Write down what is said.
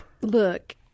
Look